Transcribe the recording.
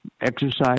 exercise